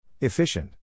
Efficient